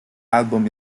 album